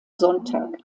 sonntag